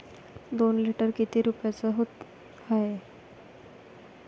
दोन लिटर दुध किती रुप्याचं हाये?